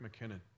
McKinnon